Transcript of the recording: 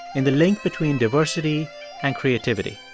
in the link between diversity and creativity.